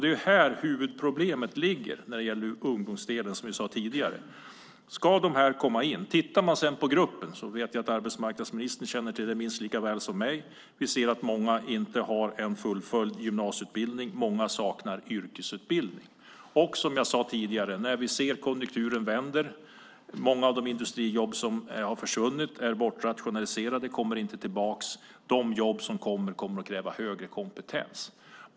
Det är huvudproblemet när det gäller ungdomarna. Hur ska de komma in? Arbetsmarknadsministern vet lika väl som jag att många inte har en fullföljd gymnasieutbildning och att många saknar yrkesutbildning. När konjunkturen vänder är många av industrijobben bortrationaliserade och kommer inte tillbaka. De jobb som kommer att finnas kommer att kräva högre kompetens.